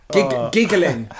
Giggling